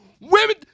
women